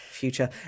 Future